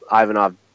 Ivanov